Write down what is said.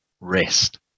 rest